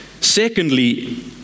Secondly